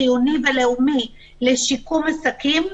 חיוני ולאומי לשיקום עסקים.